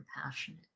compassionate